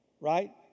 right